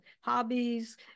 hobbies